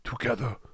together